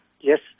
Yes